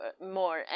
more